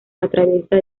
atraviesa